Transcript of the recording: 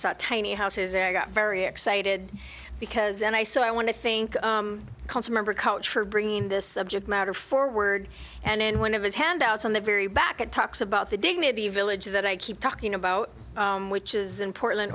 saw tiny houses there i got very excited because and i saw i want to think council member coach for bringing this subject matter forward and in one of his handouts on the very back at talks about the dignity village that i keep talking about which is in portland